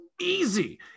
easy